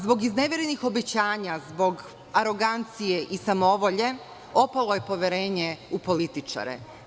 Zbog izneverenih obećanja, zbog arogancije i samovolje opalo je poverenje u političare.